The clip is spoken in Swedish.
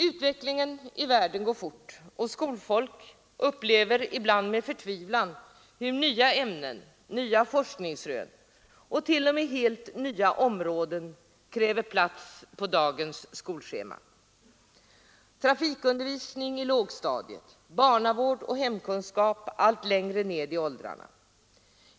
Utvecklingen i världen går fort, och skolfolk upplever ibland med förtvivlan hur nya ämnen, nya forskningsrön eller t.o.m. helt nya områden kräver plats på dagens skolschema: trafikundervisning i lågstadiet, barnavård och hemkunskap allt längre ned i åldrarna.